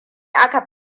aka